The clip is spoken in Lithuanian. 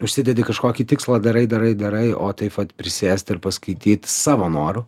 užsidedi kažkokį tikslą darai darai darai o taip vat prisėst ir paskaityt savo noru